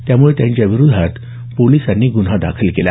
त्यामुळे त्यांच्याविरोधात पोलिसांनी गुन्हा दाखल केला